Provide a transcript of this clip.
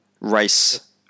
Race